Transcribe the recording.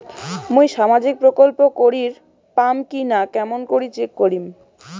মুই সামাজিক প্রকল্প করির পাম কিনা কেমন করি চেক করিম?